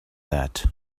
that